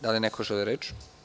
Da li neko želi reč?